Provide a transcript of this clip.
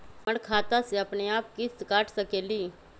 हमर खाता से अपनेआप किस्त काट सकेली?